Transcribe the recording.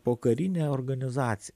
pokarinę organizaciją